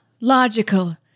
Logical